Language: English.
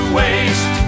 waste